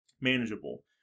manageable